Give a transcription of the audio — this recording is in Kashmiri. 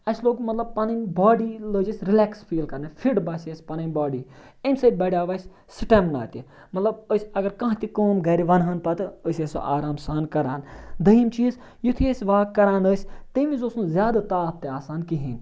اَسہِ لوگ مطلب پَنٕںۍ باڈی لٔج اَسہِ رٕلیکٕس فیٖل کرنہِ فِٹ باسے اَسہِ پَنٕنۍ باڈی امہِ سۭتۍ بڑیٛو اَسہِ سٕٹیمنا تہِ مطلب أسۍ اگر کانٛہہ تہِ کٲم گَرِ وَنہٕ ہن پَتہٕ أسۍ ٲسۍ سُہ آرام سان کَران دٔیِم چیٖز یُتھُے أسۍ واک کَران ٲسۍ تمہِ وِز اوس نہٕ زیادٕ تاپھ تہِ آسان کِہیٖنۍ